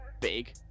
big